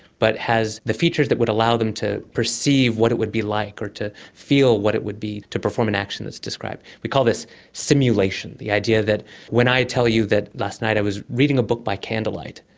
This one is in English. but has the features that would allow them to perceive what it would be like or to feel what it would be to perform an action that's described. we call this simulation, the idea that when i tell you that last night i was reading a book by candlelight,